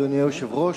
אדוני היושב-ראש,